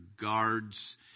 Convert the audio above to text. guards